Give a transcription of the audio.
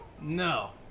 No